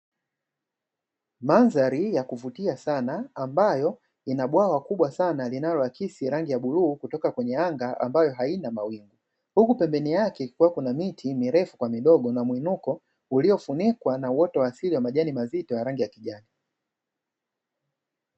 Mandhari ya kuvutia sana ambayo ina bwawa kubwa sana linaloakisi rangi ya bluu kutoka kwenye anga ambayo haina mawingu. Huku pembeni yake kukiwa kuna miti mirefu kwa midogo na mwinuko uliofunikwa na uoto wa asili wa majani mazito ya rangi ya kijani.